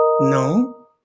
no